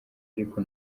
ariko